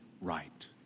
right